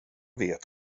vet